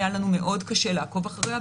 היה לנו קשה מאוד לעקוב אחריה.